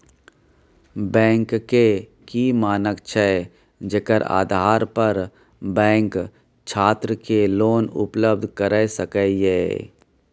Bank के की मानक छै जेकर आधार पर बैंक छात्र के लोन उपलब्ध करय सके ये?